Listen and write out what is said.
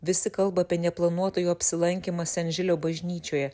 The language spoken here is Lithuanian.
visi kalba apie neplanuotą jo apsilankymą sen žilio bažnyčioje